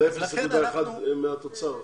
זה 0.1% מהתוצר?